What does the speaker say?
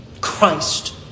Christ